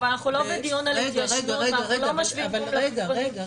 אנחנו לא בדיון על התיישנות ואנחנו לא משווים --- לקלמנטינות.